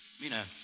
Mina